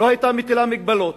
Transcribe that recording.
לא היתה מטילה מגבלות,